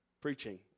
preaching